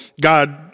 God